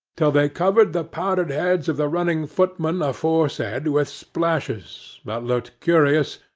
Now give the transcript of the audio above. till they covered the powdered heads of the running-footmen aforesaid with splashes, that looked curious,